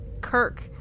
Kirk